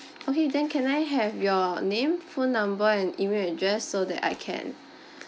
okay then can I have your name phone number and email address so that I can